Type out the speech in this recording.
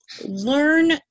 learn